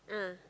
ah